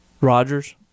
Rogers